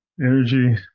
energy